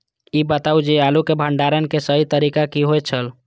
ई बताऊ जे आलू के भंडारण के सही तरीका की होय छल?